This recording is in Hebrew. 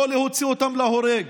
לא להוציא אותם להורג.